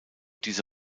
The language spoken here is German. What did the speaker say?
diese